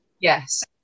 yes